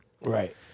right